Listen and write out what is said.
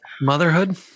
Motherhood